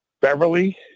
Beverly